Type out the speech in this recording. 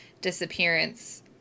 disappearance